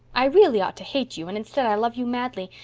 i really ought to hate you and instead i love you madly,